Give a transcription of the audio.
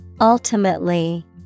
Ultimately